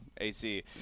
AC